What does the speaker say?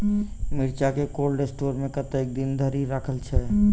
मिर्चा केँ cold store मे कतेक दिन धरि राखल छैय?